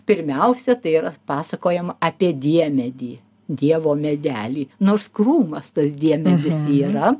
pirmiausia tai yra pasakojama apie diemedį dievo medelį nors krūmas tas diemedis yra